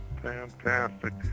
Fantastic